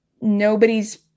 Nobody's